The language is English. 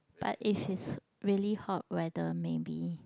but if it's really hot weather maybe